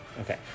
okay